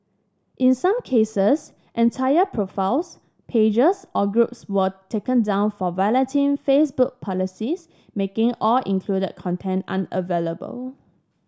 in some cases entire profiles pages or groups were taken down for violating Facebook policies making all included content unavailable